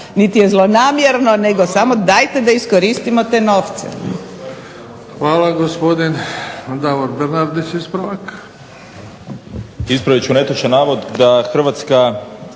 niti je zlonamjerno nego samo dajte da iskoristimo te novce.